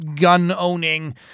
gun-owning